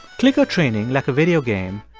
clicker training, like a video game,